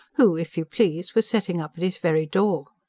who, if you please, was setting up at his very door.